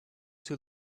too